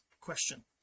question